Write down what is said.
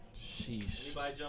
Sheesh